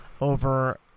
Over